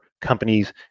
companies